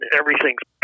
everything's